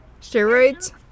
Steroids